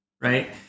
Right